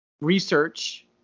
research